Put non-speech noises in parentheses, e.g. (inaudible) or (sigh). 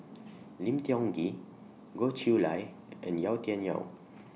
(noise) Lim Tiong Ghee Goh Chiew Lye and Yau Tian Yau